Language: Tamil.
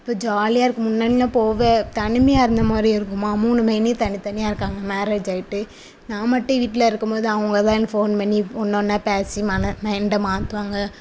இப்போ ஜாலியாக இருக்கும் முன்னாடியெலாம் போக தனிமையாக இருந்த மாதிரி இருக்குமா மூணு மதினியும் தனி தனியாக இருக்காங்க மேரேஜ் ஆகிட்டு நான் மட்டும் வீட்டில இருக்கும் போது அவங்க தான் எனக்கு ஃபோன் பண்ணி ஒன்று ஒன்றா பேசி மன மைண்டை மாற்றுவாங்க